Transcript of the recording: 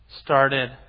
Started